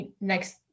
next